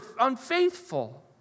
unfaithful